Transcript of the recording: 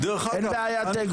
אין בעיית אגו,